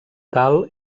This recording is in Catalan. tal